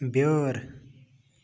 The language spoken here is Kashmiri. بیٛٲر